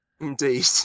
Indeed